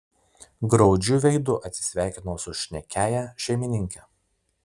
graudžiu veidu atsisveikinau su šnekiąja šeimininke